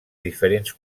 diferents